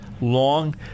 long